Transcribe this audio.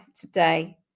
today